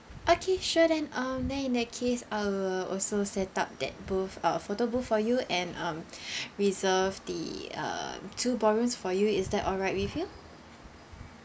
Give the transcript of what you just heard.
okay sure then um then in that case uh also set up that booth uh photo booth for you and um reserve the uh two ballrooms for you is that alright with you